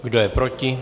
Kdo je proti?